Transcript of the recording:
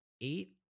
eight